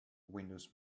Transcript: windows